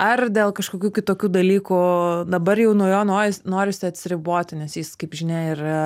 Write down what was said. ar dėl kažkokių kitokių dalykų dabar jau nuo jo noris norisi atsiriboti nes jis kaip žinia ir